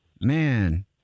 Man